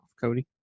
Cody